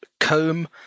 comb